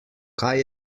kaj